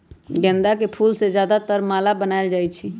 गेंदा के फूल से ज्यादातर माला बनाएल जाई छई